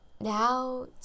now